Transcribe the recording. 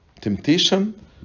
temptation